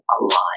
alive